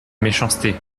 méchanceté